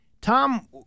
Tom